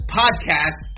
podcast